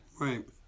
Right